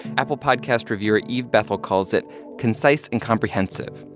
apple podcast reviewer eve bethel calls it concise and comprehensive.